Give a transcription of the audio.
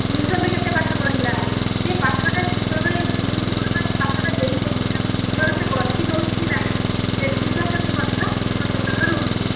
ଟ୍ୟୁସନ୍ରେ କେତେ ପାଠ ପଢ଼ିଲା ସେ ପାଠଟା ଠିକ୍ ଭାବରେ ଗୁରୁଜୀ ଗୁରୁମା ଯେଉଁ ପାଠଟା ଦେଇଛନ୍ତି ତାକୁ ଠିକ୍ ଭାବରେ ସେ କରିକି ନେଉଛି କି ନାହିଁ ସେ ଦିଗ ପ୍ରତି ମଧ୍ୟ ସଚେତନ ରୁହନ୍ତୁ